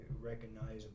recognizable